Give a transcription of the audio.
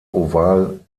oval